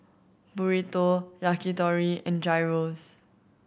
Burrito Yakitori and Gyros